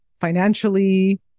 financially